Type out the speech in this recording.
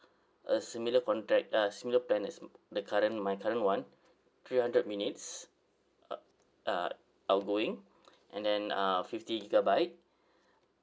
a similar contact uh similar plan as the current my current one three hundred minutes uh uh outgoing and then uh fifty gigabyte